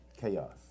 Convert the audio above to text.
Chaos